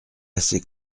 assez